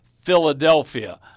Philadelphia